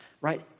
right